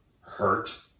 hurt